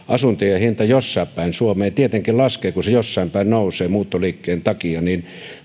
asuntojen hinta jossain päin suomea tietenkin laskee kun se jossain päin nousee muuttoliikkeen takia niin